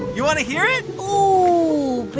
you want to hear it? ooh.